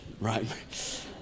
right